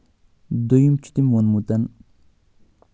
دٔیم چھُ تٔمۍ ووٚنمُت